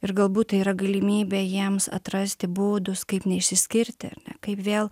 ir galbūt tai yra galimybė jiems atrasti būdus kaip neišsiskirti kaip vėl